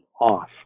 off